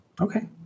Okay